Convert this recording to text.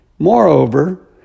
Moreover